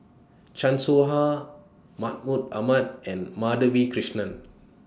Chan Soh Ha Mahmud Ahmad and Madhavi Krishnan